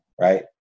right